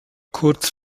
kurz